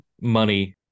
money